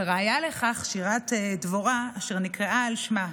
וראיה לכך, שירת דבורה, אשר נקראה על שמה.